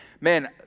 man